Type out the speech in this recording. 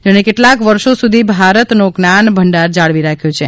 જેણે કેટલાક વર્ષો સુધી ભારતનો જ્ઞાન ભંડાર જાળવી રાખ્યો છે